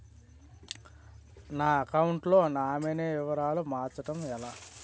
నా అకౌంట్ లో నామినీ వివరాలు మార్చటం ఎలా?